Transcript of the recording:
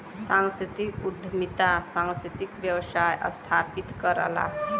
सांस्कृतिक उद्यमिता सांस्कृतिक व्यवसाय स्थापित करला